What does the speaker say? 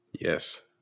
Yes